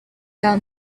down